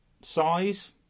size